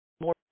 more